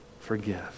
forgive